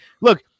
look